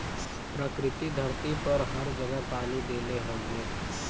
प्रकृति धरती पे हर जगह पानी देले हउवे